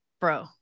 bro